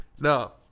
No